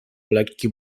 lekki